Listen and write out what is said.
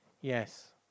Yes